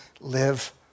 live